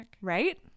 right